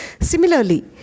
Similarly